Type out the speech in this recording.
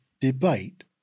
debate